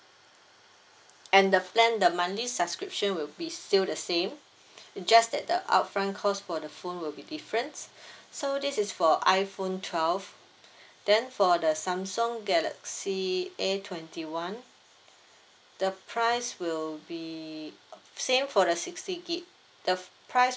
and the plan the monthly subscription will be still the same it's just that the upfront cost for the phone will be different so this is for iphone twelve then for the samsung galaxy A twenty one the price will be same for the sixty gig the price